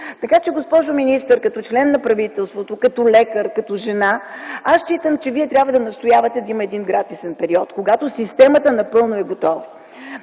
Така че, госпожо министър, като член на правителството, като лекар, като жена, аз считам, че Вие трябва да настоявате да има един гратисен период, когато системата напълно е готова.